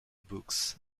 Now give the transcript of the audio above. books